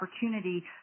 opportunity